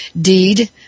deed